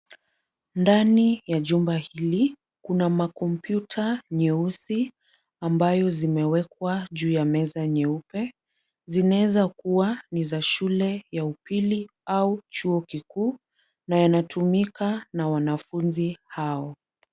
Ndani ya jumba hili, kuna makompyuta nyeusi ambayo zimewekwa juu ya meza nyeupe. Zinaeza kuwa ni za shule ya upili au chuo kikuu na yanatumika na wanafunzi hao.